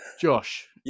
Josh